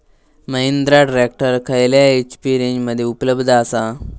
Mahindra tractor खयल्या HP रेंजमध्ये उपलब्ध आसा?